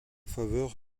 faveur